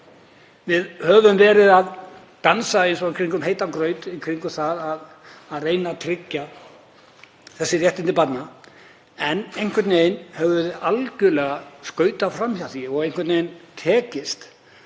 Við höfum verið að dansa í kringum heitan graut að reyna að tryggja þessi réttindi barna en einhvern veginn höfum við algjörlega skautað fram hjá og einhvern veginn tekist